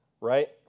right